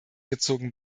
gezogen